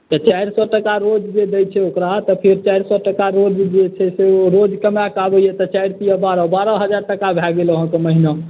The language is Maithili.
तऽ चारि सए टका रोज दै छै ओकरा तऽ फेर चारि सए टका रोज जे छै रोज कमा कऽ आबैया तऽ चारि तिया बारह बारह हजार टका भय गेल अहाँके महिनामे